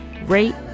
Rate